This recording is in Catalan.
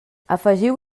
afegiu